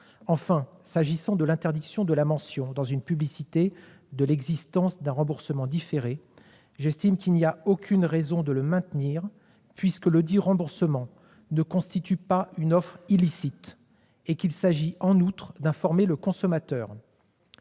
Enfin, s'agissant de l'interdiction de la mention dans une publicité de l'existence d'un remboursement différé, j'estime qu'il n'y a aucune raison de la maintenir, puisque ce remboursement ne constitue pas une offre illicite ; il s'agit en outre d'informer le consommateur.